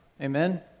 Amen